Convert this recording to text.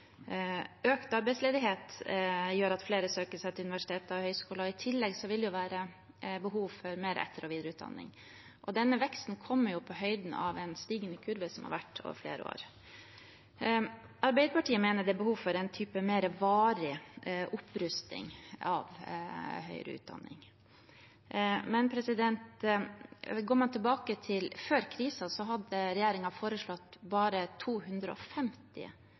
Økt arbeidsledighet gjør at flere søker seg til universiteter og høyskoler. I tillegg vil det være behov for mer etter- og videreutdanning. Denne veksten kommer på høyden av en stigende kurve som har vært over flere år. Arbeiderpartiet mener det er behov for en type mer varig opprustning av høyere utdanning. Men går man tilbake til før koronakrisen, hadde regjeringen foreslått bare 250